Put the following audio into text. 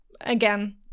Again